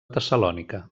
tessalònica